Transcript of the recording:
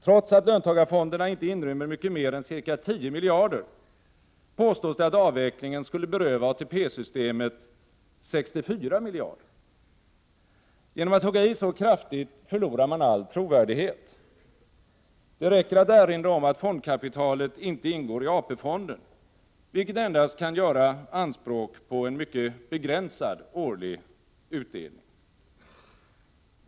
Trots att löntagarfonderna inte inrymmer mycket mer än ca 10 miljarder, påstås det att avvecklingen skulle beröva ATP-systemet 64 miljarder. Genom att hugga i så kraftigt förlorar man all trovärdighet. Det räcker att erinra om att fondkapitalet inte ingår i AP-fonden, vilken endast kan göra anspråk på en mycket begränsad årlig utdelning.